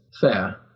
fair